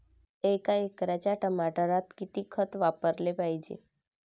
एका एकराच्या टमाटरात किती खत वापराले पायजे?